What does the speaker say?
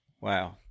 Wow